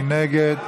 מי נגד?